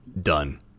done